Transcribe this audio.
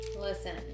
Listen